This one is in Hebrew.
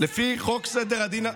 לפי חוק סדר הדין,